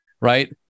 right